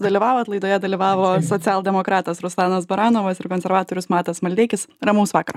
dalyvavot laidoje dalyvavo socialdemokratas ruslanas baranovas ir konservatorius matas maldeikis ramaus vakaro